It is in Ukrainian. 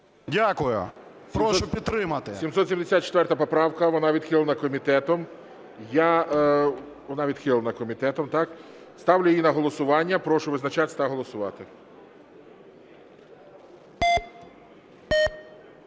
Дякую. Прошу підтримати. ГОЛОВУЮЧИЙ. 774 поправка. Вона відхилена комітетом. Вона відхилена комітетом, так. Ставлю її на голосування. Прошу визначатися та голосувати.